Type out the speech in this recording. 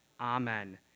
Amen